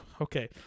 okay